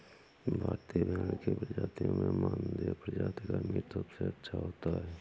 भारतीय भेड़ की प्रजातियों में मानदेय प्रजाति का मीट सबसे अच्छा होता है